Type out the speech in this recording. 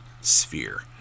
sphere